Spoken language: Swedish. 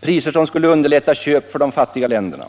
priser som skulle underlätta köp för de fattiga länderna.